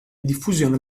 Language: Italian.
diffusione